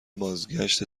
بازگشت